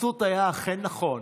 הציטוט היה אכן נכון.